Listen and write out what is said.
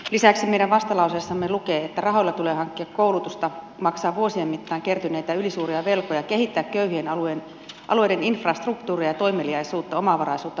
lisäksi meidän vastalauseessamme lukee että rahoilla tulee hankkia koulutusta maksaa vuosien mittaan kertyneitä ylisuuria velkoja kehittää köyhien alueiden infrastruktuuria ja toimeliaisuutta omavaraisuutta tukevasti